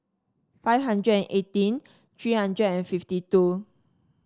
five hundred and eighteen three hundred and fifty two